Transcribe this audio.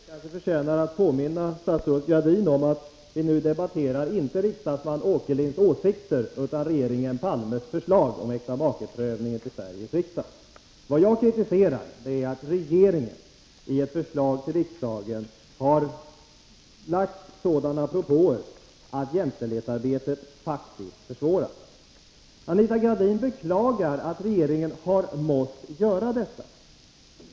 Herr talman! Det kanske finns anledning att påminna statsrådet Gradin om att vi nu inte debatterar riksdagsman Åkerlinds åsikter utan regeringen Palmes förslag till Sveriges riksdag om äktamakeprövningen. Vad jag kritiserar är att regeringen i en proposition till riksdagen lagt fram sådana propåer att jämställdhetsarbetet faktiskt försvåras. Anita Gradin beklagar att regeringen har måst göra detta.